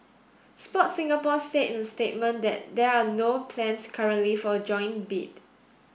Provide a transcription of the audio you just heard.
Sport Singapore said in a statement that there are no plans currently for a joint bid